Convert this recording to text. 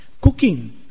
cooking